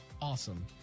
awesome